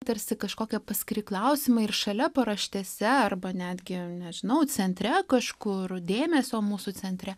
tarsi kažkokie paskiri klausimai ir šalia paraštėse arba netgi nežinau centre kažkur dėmesio mūsų centre